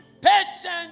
patient